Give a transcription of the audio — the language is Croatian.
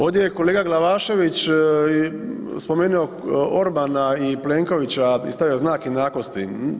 Ovdje je kolega Glavašević spomenuo Orbana i Plenkovića i stavio znak jednakosti.